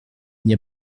n’y